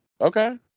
Okay